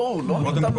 בואו לא ניתמם.